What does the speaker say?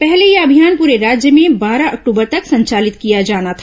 पहले यह अभियान पूरे राज्य में बारह अक्टूबर तक संचालित किया जाना था